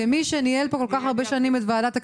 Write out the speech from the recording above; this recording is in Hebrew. כמי שניהל פה כל כך הרבה שנים את ועדת הכספים,